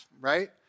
Right